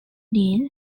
deal